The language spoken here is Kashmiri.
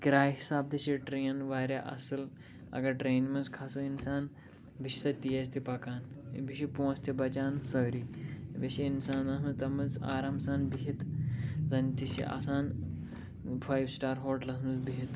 کِرایہِ حِسابہٕ تہِ چھِ ٹرٛین واریاہ اصٕل اگر ٹرٛینہِ منٛز کھَسو اِنسان بیٚیہِ چھِ سۄ تیز تہِ پَکان بیٚیہِ چھِ پونٛسہٕ تہِ بَچان سٲری بیٚیہِ چھِ اِنسان آسان تَتھ منٛز آرام سان بِہتھ زَن تہِ چھِ آسان فایِو سِٹار ہوٹلَس منٛز بِہتھ